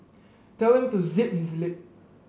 tell him to zip his lip